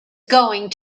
going